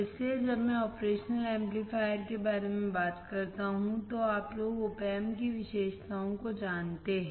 इसलिए जब मैं ऑपरेशनल एमप्लीफायर के बारे में बात करता हूं तो आप लोग op amp की विशेषताओं को जानते हैं